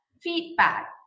feedback